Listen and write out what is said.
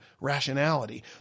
rationality